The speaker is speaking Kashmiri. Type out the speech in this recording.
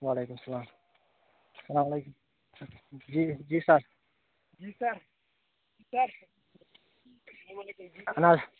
وعلیکُم سلام سلام وعلیکُم جی جی سَر اہن حظ